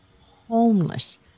homeless